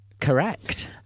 Correct